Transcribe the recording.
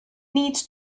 needs